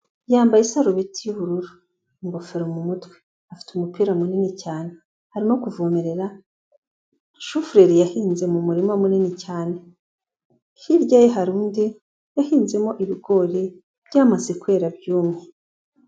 Yambaye isarubeti y'ubururu, ingofero mu mutwe, afite umupira munini cyane, arimo kuvomerera, shufureri yahinze mu murima munini cyane, hirya ye hari undi, yahinzemo ibigori byamaze kwera byumye.